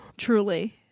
Truly